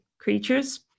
creatures